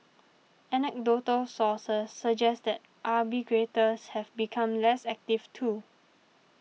anecdotal sources suggest that arbitrageurs have become less active too